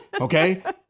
Okay